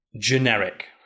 generic